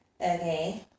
Okay